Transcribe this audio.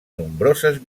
nombroses